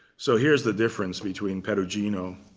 so here's the difference between perugino,